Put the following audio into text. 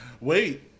wait